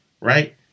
right